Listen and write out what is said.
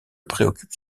préoccupe